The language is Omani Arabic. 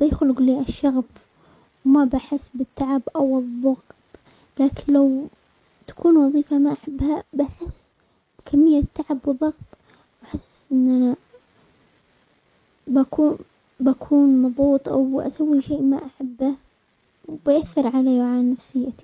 بيخلق لي الشغف وما بحس بالتعب او الضغط ، لكن لو تكون وظيفة ما احبها بحس كمية تعب وضغط ، واحس انه بكون-بكون مضغوط او اسوي شيء ما احبه بيأثر علي وعلى نفسيتي.